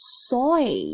soy